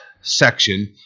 section